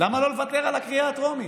למה לא לוותר על הקריאה הטרומית?